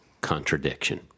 contradiction